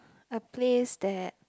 a place that